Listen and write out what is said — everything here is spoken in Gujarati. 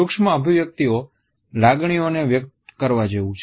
સૂક્ષ્મ અભિવ્યક્તિઓ લાગણીઓને વ્યક્ત કરવા જેવું છે